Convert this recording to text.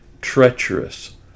treacherous